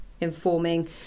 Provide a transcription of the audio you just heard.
informing